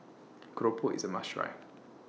Keropok IS A must Try